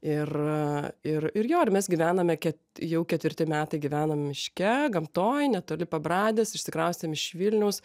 ir ir ir jo ir mes gyvename ket jau ketvirti metai gyvenam miške gamtoje netoli pabradės išsikraustėm iš vilniaus